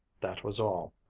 that was all.